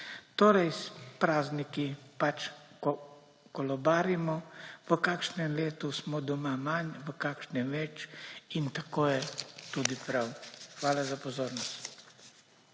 Torej s prazniki pač kolobarimo, v kakšnem letu smo doma manj, v kakšnem več in tako je tudi prav. Hvala za pozornost.